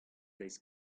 deiz